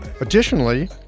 additionally